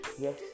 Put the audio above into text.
yes